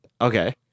Okay